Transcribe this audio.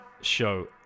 Show